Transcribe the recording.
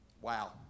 Wow